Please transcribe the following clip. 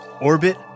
orbit